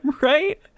Right